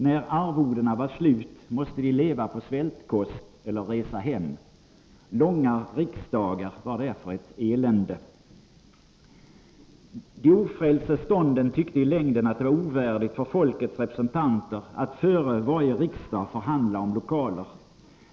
När arvodena var slut, måste de leva på svältkost eller resa hem. Långa riksdagar var därför ett elände. De ofrälse stånden tyckte i längden att det var ovärdigt folkets representanter att före varje riksdag förhandla om lokaler.